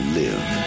live